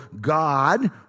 God